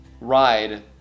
ride